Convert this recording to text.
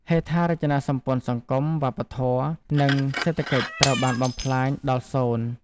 ហេដ្ឋារចនាសម្ព័ន្ធសង្គម វប្បធម៌ និងសេដ្ឋកិច្ចត្រូវបានបំផ្លាញដល់សូន្យ។